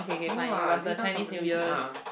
no lah I think some company they are